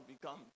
become